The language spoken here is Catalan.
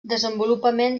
desenvolupament